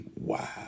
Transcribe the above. wow